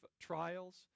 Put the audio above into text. trials